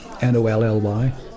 N-O-L-L-Y